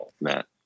Matt